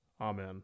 Amen